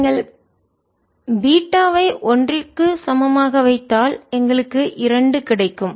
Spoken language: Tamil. நீங்கள் பீட்டாவை ஒன்றிற்கு சமமாக வைத்தால் எங்களுக்கு இரண்டு கிடைக்கும்